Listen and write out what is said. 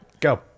go